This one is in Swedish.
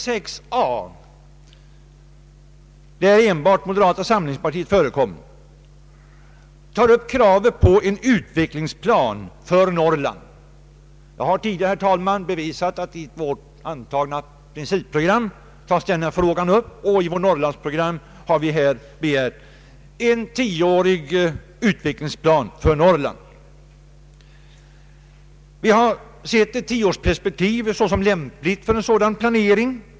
Reservationen 6 a, som moderata samlingspartiet ensamt står för, tar upp kravet på en utvecklingsplan för Norrland. Jag har tidigare, herr talman, påpekat att denna fråga tas upp i vårt antagna principprogram, och i vårt Norrlandsprogram har vi begärt en tioårig utvecklingsplan för Norrland. Vi har ansett ett tioårsperspektiv såsom lämpligt för en sådan planering.